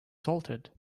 salted